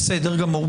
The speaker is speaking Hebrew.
בסדר גמור.